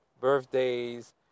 birthdays